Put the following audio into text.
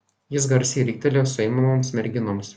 jis garsiai riktelėjo suimamoms merginoms